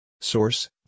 Source